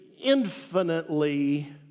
infinitely